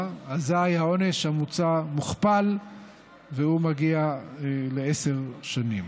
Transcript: אזי העונש המוצע מוכפל והוא מגיע לעשר שנים.